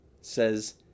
says